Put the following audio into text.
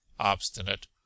obstinate